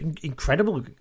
incredible